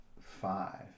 five